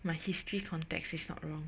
my history context is not wrong